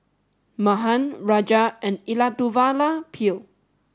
Mahan Raja and Elattuvalapil